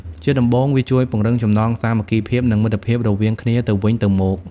ជាដំបូង វាជួយពង្រឹងចំណងសាមគ្គីភាព និងមិត្តភាពរវាងគ្នាទៅវិញទៅមក។